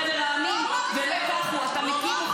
חבר המדינות -- הוא לא אמר את זה.